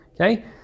Okay